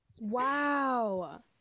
Wow